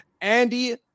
andy